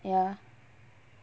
ya